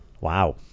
Wow